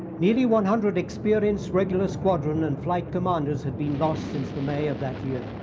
nearly one hundred experienced regular squadron and flight commander had been lost since the may of that year.